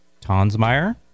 Tonsmeyer